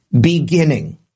beginning